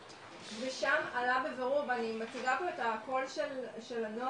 ושם עלה בבירור ואני מציגה פה את הקול הנוער,